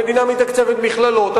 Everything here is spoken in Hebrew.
המדינה מתקצבת מכללות,